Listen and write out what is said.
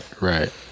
Right